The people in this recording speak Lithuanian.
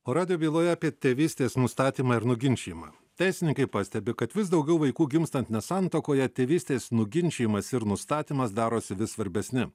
o radijo byloje apie tėvystės nustatymą ir nuginčijimą teisininkai pastebi kad vis daugiau vaikų gimstant ne santuokoje tėvystės nuginčijimas ir nustatymas darosi vis svarbesni